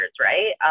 right